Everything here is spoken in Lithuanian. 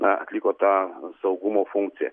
na atliko tą saugumo funkciją